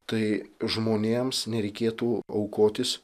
tai žmonėms nereikėtų aukotis